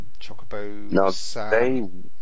Chocobo